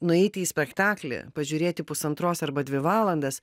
nueiti į spektaklį pažiūrėti pusantros arba dvi valandas